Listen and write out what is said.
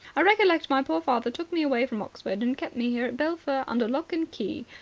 i recollect my poor father took me away from oxford and kept me here at belpher under lock and key.